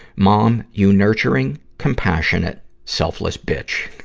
mom, you nurturing, compassionate, selfless bitch!